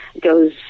goes